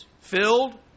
Filled